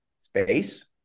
space